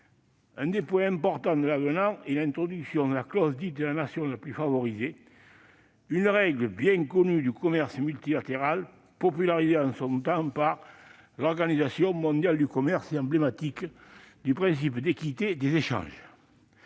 L'un des points importants de l'avenant consiste en l'introduction de la clause de la nation la plus favorisée, règle bien connue du commerce multilatéral, popularisée en son temps par l'Organisation mondiale du commerce (OMC) et emblématique du principe d'équité des échanges.